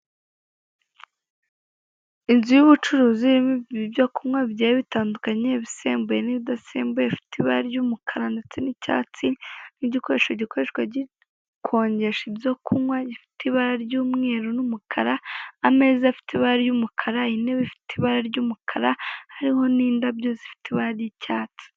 Inzu y'ubucuruzi irimo ibintu byo kunywa bigiye bitandukanye ibisembuye n'ibidasembuye bifite ibara ry'umukara ndetse n'icyatsi n'igikoresho gikoreshwa gikonjesha ibyo kunywa gifite ibara ry'umweru n'umukara ameza afite ibara ry'umukara, intebe zifite ibara ry'umukara hariho n'indabyo zifite ibara ry'icyatsi.